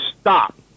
stop